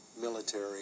military